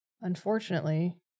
unfortunately